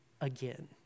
again